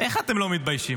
איך אתם לא מתביישים?